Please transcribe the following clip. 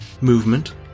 movement